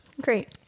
Great